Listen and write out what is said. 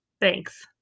Thanks